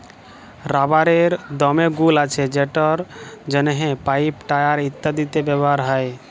রাবারের দমে গুল্ আছে যেটর জ্যনহে পাইপ, টায়ার ইত্যাদিতে ব্যাভার হ্যয়